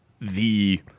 the-